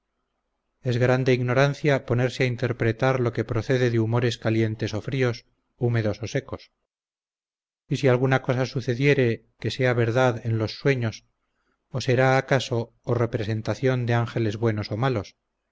es grande ignorancia ponerse a interpretar lo que procede de humores calientes o fríos húmedos o secos y si alguna cosa sucediere que sea verdad en los sueños o sera acaso o representación de angeles buenos o malos